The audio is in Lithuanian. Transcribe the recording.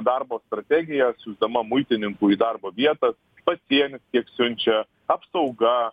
darbo strategiją siųsdama muitininkų į darbo vietą pasienis kiek siunčia apsauga